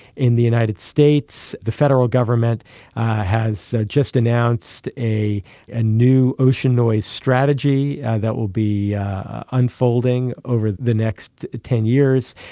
in the united states the federal government has just announced a and new ocean noise strategy that will be unfolding over the next ten years.